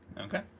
Okay